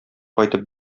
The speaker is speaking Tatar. кайтып